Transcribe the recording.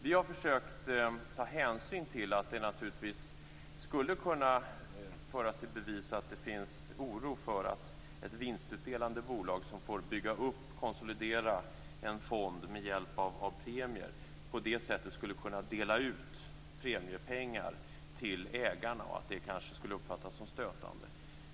Vi har försökt att ta hänsyn till att det naturligtvis skulle kunna föras i bevis att det finns oro för att ett vinstutdelande bolag som får bygga upp, konsolidera, en fond med hjälp av premier skulle kunna dela ut premiepengar till ägarna och att det kanske skulle uppfattas som stötande.